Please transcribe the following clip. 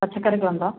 പച്ചക്കറികളുണ്ടോ